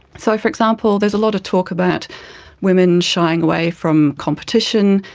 so, for example, there's a lot of talk about women shying away from competition,